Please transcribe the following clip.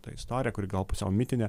tą istoriją kuri gal pusiau mitinė